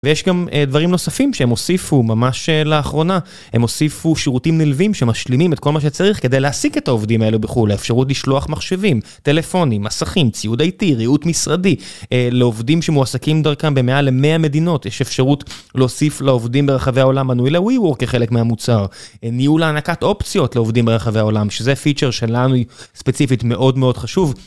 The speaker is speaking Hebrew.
ויש גם דברים נוספים שהם הוסיפו ממש לאחרונה. הם הוסיפו שירותים נלווים שמשלימים את כל מה שצריך כדי להעסיק את העובדים האלה בחו"ל. לאפשרות לשלוח מחשבים, טלפונים, מסכים, ציוד איי-טי, ריהוט משרדי. לעובדים שמועסקים דרכם במעל למאה מדינות, יש אפשרות להוסיף לעובדים ברחבי העולם מנוי לווי-וורק כחלק מהמוצר. ניהול הענקת אופציות לעובדים ברחבי העולם, שזה פיצ'ר שלנו ספציפית מאוד מאוד חשוב.